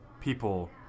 people